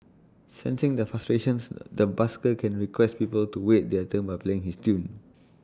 sensing the frustrations the busker can request people to wait their turn by playing this tune